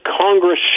Congress